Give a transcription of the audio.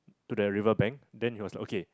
to the river bank then it was like okay